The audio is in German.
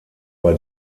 bei